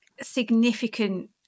significant